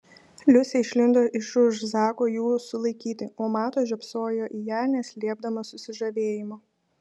liusė išlindo iš už zako jų sulaikyti o matas žiopsojo į ją neslėpdamas susižavėjimo